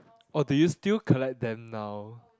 oh do you still collect them now